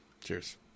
Cheers